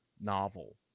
novel